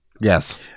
Yes